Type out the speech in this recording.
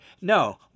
no